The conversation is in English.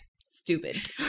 Stupid